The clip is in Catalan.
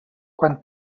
quan